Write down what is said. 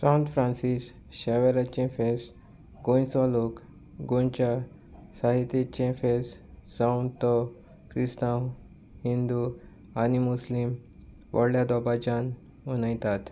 सांत फ्रांसीस शेवेराचे फेस्त गोंयचो लोक गोंयच्या साहबाचे फेस्त जावं तो क्रिस्तांव हिंदू आनी मुस्लीम व्हडल्या दबाज्यान मनयतात